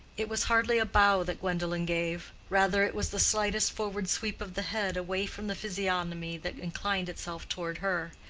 it was hardly a bow that gwendolen gave rather, it was the slightest forward sweep of the head away from the physiognomy that inclined itself toward her,